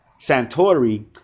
Santori